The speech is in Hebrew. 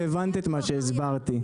והבנת את מה שהבנתי.